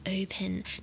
open